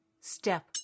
Step